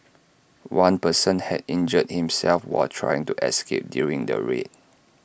one person had injured himself while trying to escape during the raid